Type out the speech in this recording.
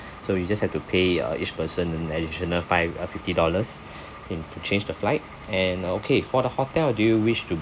so you just have to pay uh each person an additional five uh fifty dollars in to change the flight and okay for the hotel do you wish to